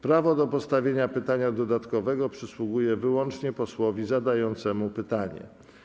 Prawo do postawienia pytania dodatkowego przysługuje wyłącznie posłowi zadającemu pytanie.